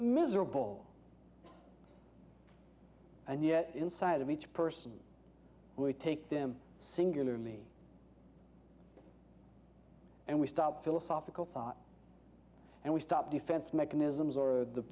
miserable and yet inside of each person we take them singularly and we stop philosophical thought and we stop defense mechanisms or